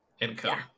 income